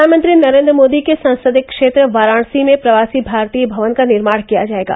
प्रधानमंत्री नरेन्द्र मोदी के संसदीय क्षेत्र वाराणसी में प्रवासी भारतीय भवन का निर्माण किया जायेगा